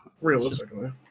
realistically